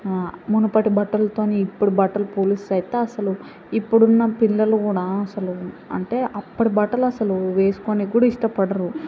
మునుపటి బట్టలతోని ఇప్పటి బట్టలు పోలిస్తే అయితే అసలు ఇప్పుడున్న పిల్లలు కూడా అసలు అంటే అప్పటి బట్టలు ఆసలు వేసుకోడానికి కూడా ఇష్టపడరు